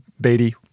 Beatty